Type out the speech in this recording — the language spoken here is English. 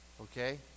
okay